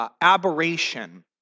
Aberration